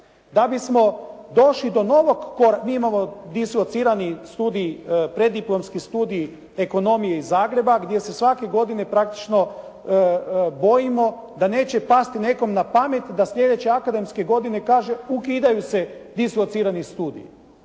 Da bismo došli do novog, mi imamo dislocirani studij, preddiplomski studij Ekonomije iz Zagreba gdje se svake godine praktički bojimo da neće pasti nekom na pamet da sljedeće akademske godine kaže ukidaju se dislocirani studiji.